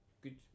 Good